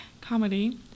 Comedy